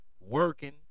working